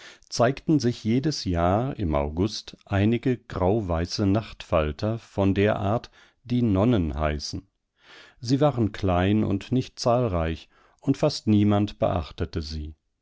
zeigten sich jedes jahr im august einige grauweiße nachtfalter von der art die nonnen heißen sie waren klein und nicht zahlreich und fast niemand beachtete sie